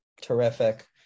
terrific